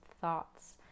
thoughts